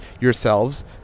yourselves